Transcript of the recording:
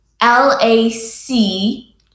L-A-C